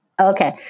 Okay